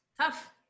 tough